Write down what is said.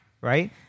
right